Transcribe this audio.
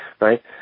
right